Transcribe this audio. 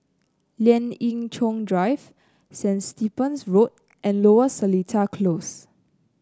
Lien Ying Chow Drive Saint Stephen's Road and Lower Seletar Close